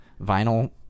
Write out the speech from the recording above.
vinyl